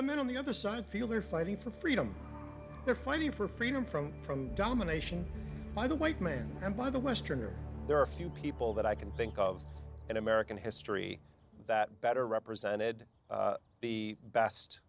men on the other side feel they're fighting for freedom they're fighting for freedom from from domination by the white man and by the westerner there are few people that i can think of in american history that better represented the best